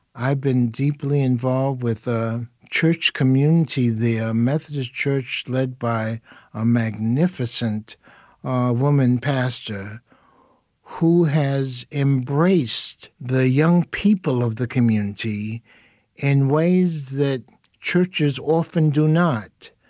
i've been deeply involved with a church community there, a methodist church led by a magnificent woman pastor who has embraced the young people of the community in ways that churches often do not.